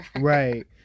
Right